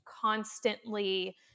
constantly